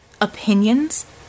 Opinions